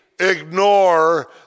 Ignore